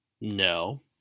No